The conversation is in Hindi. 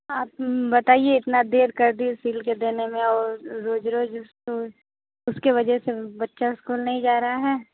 आप बताइए इतना देर कर दी सिल के देने में और रोज रोज स्कूल उसके वजह से बच्चा स्कूल नहीं जा रहा ह